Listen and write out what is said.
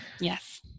Yes